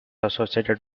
associated